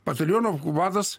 bataliono vadas